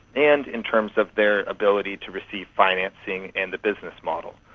and in terms of their ability to receive financing and the business model.